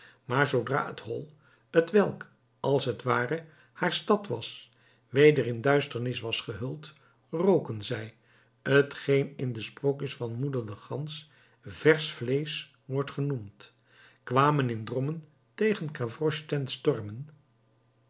maar zoodra het hol t welk als t ware haar stad was weder in duisternis was gehuld roken zij t geen in de sprookjes van moeder de gans versch vleesch wordt genoemd kwamen in drommen tegen gavroches tent stormen